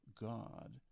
God